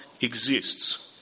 exists